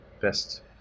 best